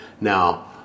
Now